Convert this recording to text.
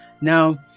Now